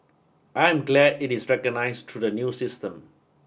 I am glad it is recognized through the new system